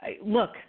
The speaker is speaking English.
look